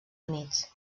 units